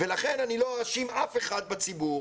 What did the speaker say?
לכן לא אאשים אף אחד בציבור